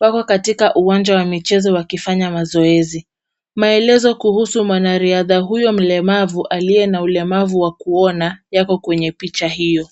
Wako katika uwanja wa michezo wa kifanya mazoezi. Maelezo kuhusu mwanariadha huyo mlemavu aliye na ulemavu wa kuona, yako kwenye picha hiyo.